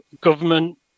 government